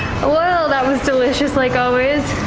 ah well, that was delicious like always.